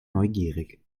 neugierig